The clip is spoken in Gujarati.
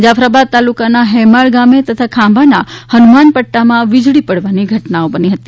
જાફરાબાદ તાલુકાના હેમાળ ગામે તથા ખાંભાના હનુમાનપદામાં વીજળી પડવાની ઘટનાઓ બની હતી